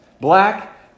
black